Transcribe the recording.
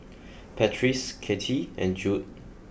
Patrice Katy and Jude